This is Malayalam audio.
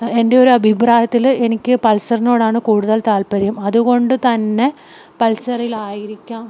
എൻ്റെ ഒരു അഭിപ്രായത്തിൽ എനിക്ക് പൾസറിനോടാണ് കൂടുതൽ താൽപര്യം അതുകൊണ്ട് തന്നെ പൾസറിലായിരിക്കാം